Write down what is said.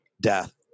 death